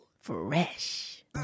Fresh